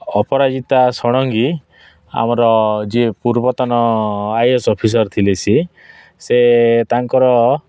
ଅପରାଜିତା ଷଡ଼ଙ୍ଗୀ ଆମର ଯିଏ ପୂର୍ବତନ ଆଇ ଏ ଏସ୍ ଅଫିସର୍ ଥିଲେ ସିଏ ସେ ତାଙ୍କର